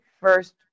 first